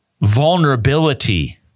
Vulnerability